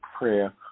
prayer